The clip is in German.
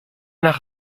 nach